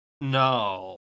No